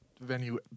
venue